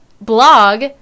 blog